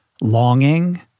longing